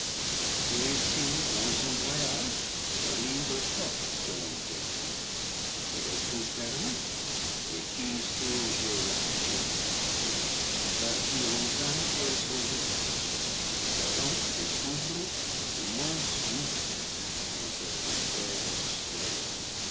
celui-ci dans son voyage arrive aux portes de l'enfer il les trouve fermées et qui siégeait là pour les garder par qui enfin elles sont ouvertes satan découvre l'immense gouffre entre l'enfer et le ciel